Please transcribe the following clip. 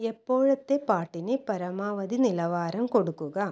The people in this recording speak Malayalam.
എപ്പോഴത്തെ പാട്ടിന് പാരമാവധി നിലവാരം കൊടുക്കുക